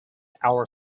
our